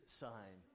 sign